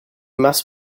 must